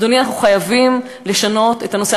אדוני, אנחנו חייבים לשנות את הנושא.